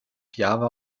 java